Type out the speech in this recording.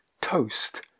toast